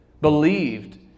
believed